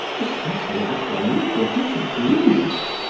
especially after our little disagreement,